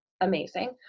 amazing